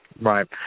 Right